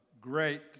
great